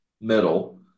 middle